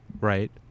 right